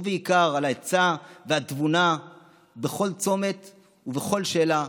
ובעיקר על העצה והתבונה בכל צומת ובכל שאלה,